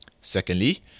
Secondly